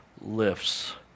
lifts